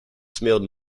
smelled